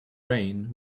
rain